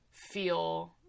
feel